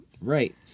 Right